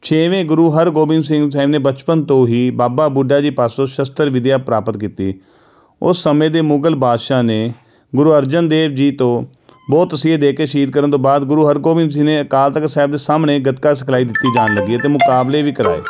ਛੇਵੇਂ ਗੁਰੂ ਹਰਗੋਬਿੰਦ ਸਿੰਘ ਸਾਹਿਬ ਨੇ ਬਚਪਨ ਤੋਂ ਹੀ ਬਾਬਾ ਬੁੱਢਾ ਜੀ ਪਾਸੋਂ ਸ਼ਸਤਰ ਵਿਦਿਆ ਪ੍ਰਾਪਤ ਕੀਤੀ ਉਸ ਸਮੇਂ ਦੇ ਮੁਗਲ ਬਾਦਸ਼ਾਹ ਨੇ ਗੁਰੂ ਅਰਜਨ ਦੇਵ ਜੀ ਤੋਂ ਬਹੁਤ ਤਸੀਹੇ ਦੇ ਕੇ ਸ਼ਹੀਦ ਕਰਨ ਤੋਂ ਬਾਅਦ ਗੁਰੂ ਹਰਗੋਬਿੰਦ ਜੀ ਨੇ ਅਕਾਲ ਤਖ਼ਤ ਸਾਹਿਬ ਦੇ ਸਾਹਮਣੇ ਗਤਕਾ ਸਿਖਲਾਈ ਦਿੱਤੀ ਜਾਣ ਲੱਗੀ ਹੈ ਅਤੇ ਮੁਕਾਬਲੇ ਵੀ ਕਰਾਏ